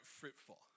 fruitful